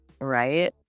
Right